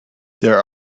there